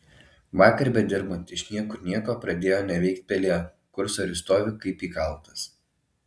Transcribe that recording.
vakar bedirbant iš niekur nieko pradėjo neveikt pelė kursorius stovi kaip įkaltas